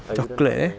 chocolate eh